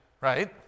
right